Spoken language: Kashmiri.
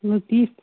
لطیٖف